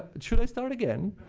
should i start again?